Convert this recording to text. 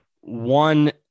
One